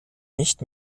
nicht